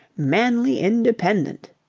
manly independent.